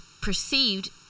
perceived